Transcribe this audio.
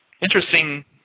interesting